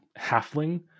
halfling